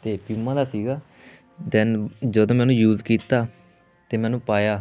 ਅਤੇ ਪਿਊਮਾ ਦਾ ਸੀਗਾ ਦੈਨ ਜਦੋਂ ਮੈਂ ਉਹਨੂੰ ਯੂਜ ਕੀਤਾ ਅਤੇ ਮੈਂ ਉਹਨੂੰ ਪਾਇਆ